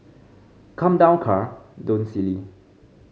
come down car don't silly